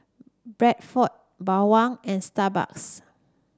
Bradford Bawang and Starbucks